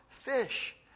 Fish